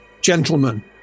gentlemen